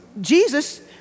Jesus